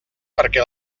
perquè